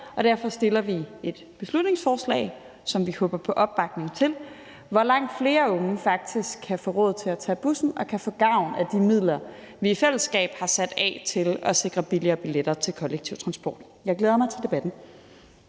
derfor har vi fremsat et beslutningsforslag, som vi håber på at få opbakning til, hvor langt flere unge faktisk kan få råd til at tage bussen og kan få gavn af de midler, vi i fællesskab har sat af til at sikre billigere billetter til kollektiv transport. Jeg glæder mig til debatten.